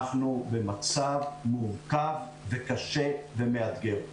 אנחנו במצב מורכב וקשה ומאתגר.